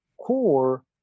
core